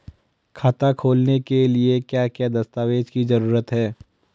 खाता खोलने के लिए क्या क्या दस्तावेज़ की जरूरत है?